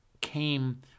came